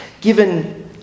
Given